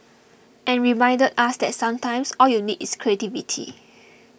and reminded us that sometimes all you need is creativity